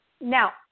Now